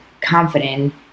confident